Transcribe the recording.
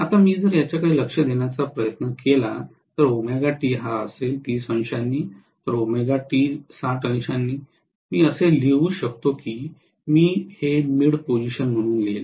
आता मी जर याकडे लक्ष देण्याचा प्रयत्न केला तर मी असेच लिहू शकतो की मी हे मिड पोझिशन म्हणून लिहीन